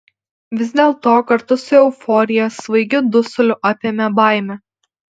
vis dėlto kartu su euforija svaigiu dusuliu apėmė baimė